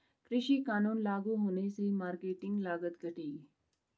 कृषि कानून लागू होने से मार्केटिंग लागत घटेगी